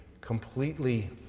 completely